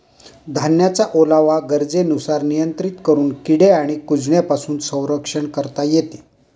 धान्याचा ओलावा गरजेनुसार नियंत्रित करून किडे आणि कुजण्यापासून संरक्षण करता येते